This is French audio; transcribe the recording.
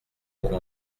pour